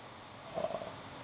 err